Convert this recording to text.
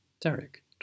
Derek